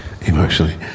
emotionally